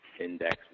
index